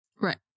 Right